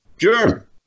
Sure